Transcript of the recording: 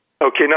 Okay